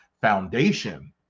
foundation